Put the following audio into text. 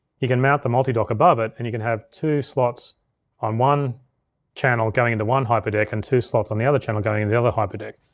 you can mount the multidock above it and you can have two slots on one channel going into one hyperdeck, and two slots on the other channel going into the other hyperdeck.